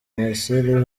marcel